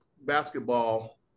basketball